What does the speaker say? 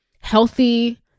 healthy